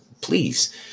please